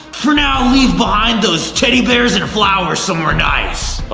for now leave behind those teddy bears and flowers somewhere nice.